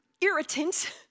irritant